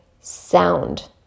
sound